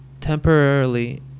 temporarily